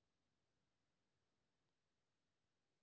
KYC के पूरा नाम की छिय?